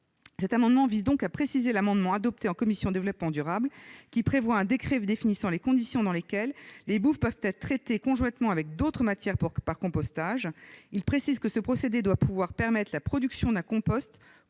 Cet amendement vise donc à préciser l'amendement adopté par la commission de l'aménagement du territoire et du développement durable prévoyant un décret définissant les conditions dans lesquelles les boues peuvent être traitées conjointement avec d'autres matières par compostage. Il tend à préciser que ce procédé doit pouvoir permettre la production d'un compost